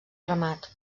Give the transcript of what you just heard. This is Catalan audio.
ramat